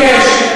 אני מבקש.